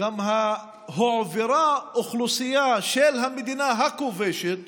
גם הועברה אוכלוסייה של המדינה הכובשת